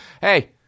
Hey